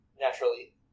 naturally